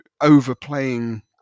overplaying